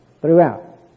throughout